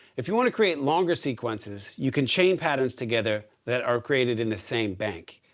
if you want to create longer sequences, you can change patterns together that are created in the same bank,